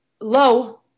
low